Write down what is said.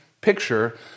picture